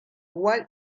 igual